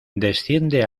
desciende